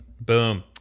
Boom